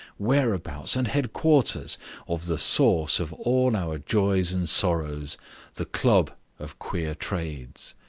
whereabouts, and headquarters of the source of all our joys and sorrows the club of queer trades.